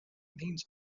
means